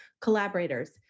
collaborators